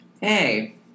Hey